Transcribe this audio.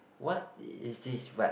what is this wrap